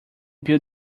build